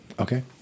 Okay